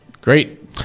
Great